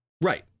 Right